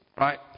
Right